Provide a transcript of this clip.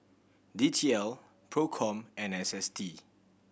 D T L Procom and S S T